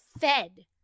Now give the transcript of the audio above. fed